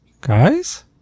Guys